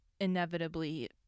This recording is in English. inevitably